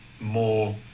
more